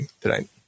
tonight